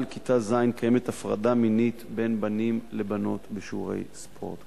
שאחרי כיתה ז' קיימת הפרדה מינית בין בנים לבנות בשיעורי ספורט,